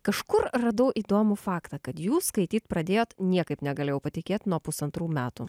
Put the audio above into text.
kažkur radau įdomų faktą kad jūs skaityt pradėjot niekaip negalėjau patikėt nuo pusantrų metų